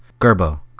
Gerbo